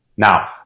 Now